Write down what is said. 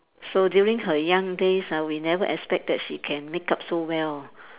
so during her young days ah we never expect that she can makeup so well